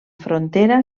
frontera